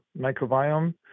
microbiome